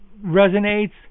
resonates